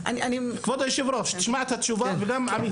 כבוד היושב-ראש, תשמע את התשובה וגם עמית.